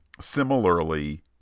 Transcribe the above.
similarly